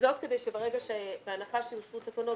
וזאת בהנחה שיוצאו תקנות,